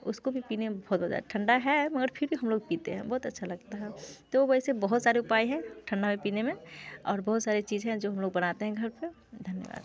उसको भी पीने में बहुत मज़ा है ठंडा है मगर फिर हम लोग पीते हैं बहुत अच्छा लगता है तो वैसे बहुत सारे उपाय हैं ठंडा में पीने में और बहुत सारी चीज़ें हैं जो हम लोग बनाते हैं घर पर धन्यवाद